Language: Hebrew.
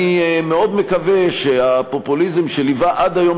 אני מאוד מקווה שהפופוליזם שליווה עד היום